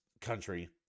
country